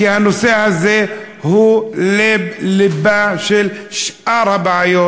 כי הנושא הזה הוא לב-לבן של שאר הבעיות